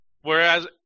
whereas